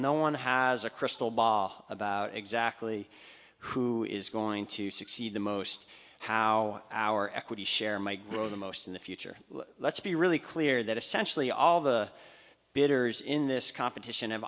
no one has a crystal ball about exactly who is going to succeed the most how our equity share my grow the most in the future let's be really clear that essentially all the bidders in this competition